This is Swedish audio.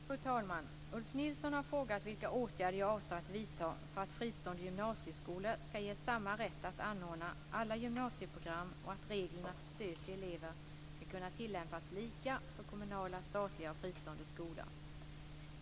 Fru talman! Ulf Nilsson har frågat vilka åtgärder jag avser att vidta för att fristående gymnasieskolor ska ges samma rätt att anordna alla gymnasieprogram och att reglerna för stöd till elever ska kunna tillämpas lika för kommunala, statliga och fristående skolor.